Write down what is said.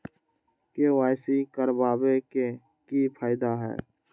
KYC करवाबे के कि फायदा है?